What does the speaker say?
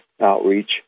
outreach